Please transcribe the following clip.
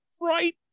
right